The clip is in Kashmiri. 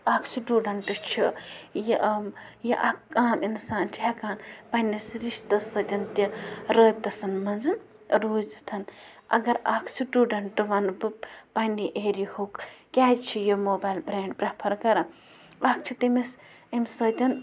اَکھ سٕٹوٗڈٮ۪نٛٹ چھِ یہِ یہِ اَکھ عام اِنسان چھِ ہٮ۪کان پنٛنِس رِشتَس سۭتۍ تہِ رٲبطَس منٛزٕ روٗزِتھ اَگر اَکھ سٕٹوٗڈٮ۪نٛٹ وَنہٕ بہٕ پنٛنہِ ایریِہُک کیٛازِ چھِ یہِ موبایِل برٛینٛڈ پرٛٮ۪فَر کَران اَکھ چھُ تٔمِس أمۍ سۭتۍ